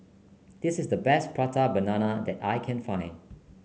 this is the best Prata Banana that I can find